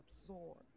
absorb